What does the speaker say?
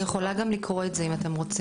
אני יכולה גם לקרוא את זה אם אתם רוצים.